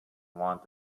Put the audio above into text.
want